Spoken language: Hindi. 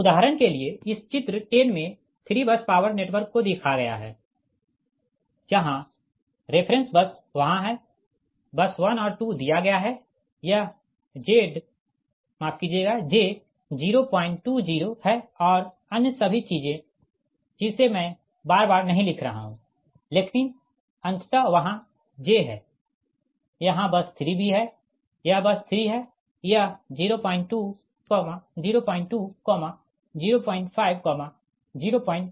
उदाहरण के लिए इस चित्र 10 में 3 बस पॉवर नेटवर्क को दिखाया गया है जहाँ रेफ़रेंस बस वहाँ है बस 1 और 2 दिया गया है यह j020 है और अन्य सभी चीजें जिसे मैं बार बार नही लिख रहा हूँ लेकिन अंततः वहाँ j है यहाँ बस 3 भी है यह बस 3 है यह 02 02 05 05 है ठीक